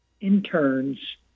interns